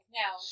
now